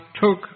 took